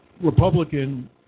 Republican